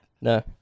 No